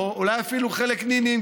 אולי אפילו לחלק נינים,